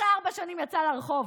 אחרי ארבע שנים יצא לרחוב.